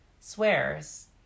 swears